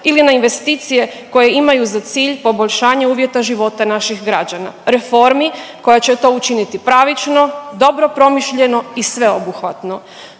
ili na investicije koje imaju za cilj poboljšanje uvjeta života naših građana, reformi koja će to učiniti pravično, dobro promišljeno i sveobuhvatno.